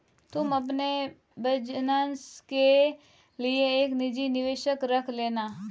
तुम अपने बिज़नस के लिए एक निजी निवेशक रख लेना